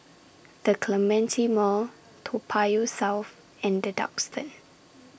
The Clementi Mall Toa Payoh South and The Duxton